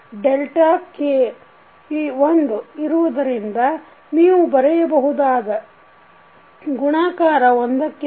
delta k 1 ಇರುವುದರಿಂದ ನೀವು ಬರೆಯಬಹುದು ಗುಣಾಕಾರ 1 ಕ್ಕೆ ಸಮ